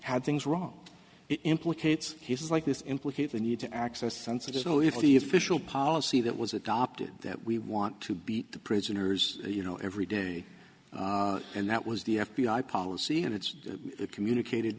had things wrong it implicates he says like this implicate the need to access sensitive no if the official policy that was adopted that we want to be the prisoners you know every day and that was the f b i policy and it's communicated